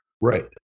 Right